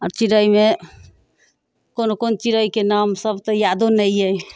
आ चिड़ैमे कोन कोन चिड़ैके नाम सब तऽ यादो नहि अइ